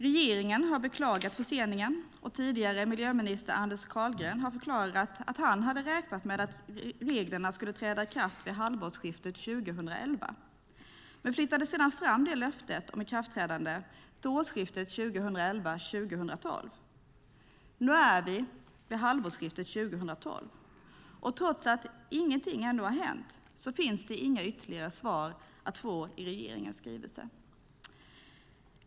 Regeringen har beklagat förseningen, och tidigare miljöministern Andreas Carlgren har förklarat att han hade räknat med att reglerna skulle träda i kraft vid halvårsskiftet 2011 men flyttade sedan fram löftet om ikraftträdande till årsskiftet 2011/2012. Nu är vi vid halvårsskiftet 2012, och trots att ingenting ändå har hänt finns det inga ytterligare svar att få i regeringens skrivelse.